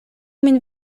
min